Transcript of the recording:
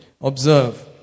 Observe